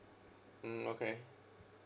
mm okay